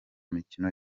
mikino